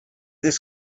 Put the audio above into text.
this